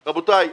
רבותיי,